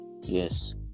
yes